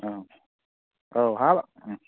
औ हाब